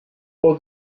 for